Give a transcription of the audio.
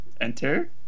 Enter